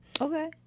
okay